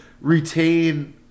retain